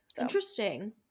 Interesting